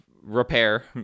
repair